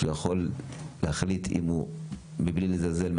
כשהוא יכול להחליט מבלי לזלזל אם